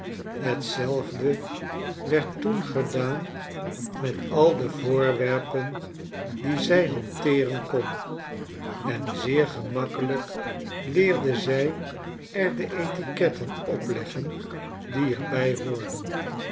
hetzelfde werd toen gedaan met al de voorwerpen die zij hanteeren kon en zeer gemakkelijk leerde zij er de etiquetten opleggendie er bij behoorden